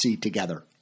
together